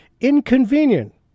inconvenient